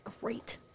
great